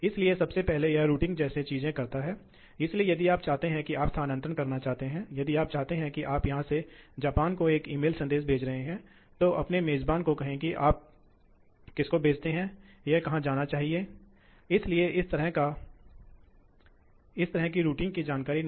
ऊर्जा केवल इन दो क्षेत्रों के बीच अंतर की मात्रा से ही सही है वास्तव में एक ही है इसलिए ऊर्जा की गिरावट इतनी अधिक नहीं है